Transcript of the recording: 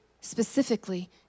specifically